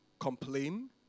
complain